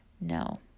No